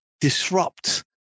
disrupt